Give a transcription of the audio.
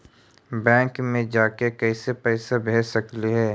Bank मे जाके कैसे पैसा भेज सकली हे?